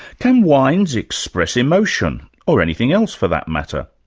can wines express emotion, or anything else for that matter?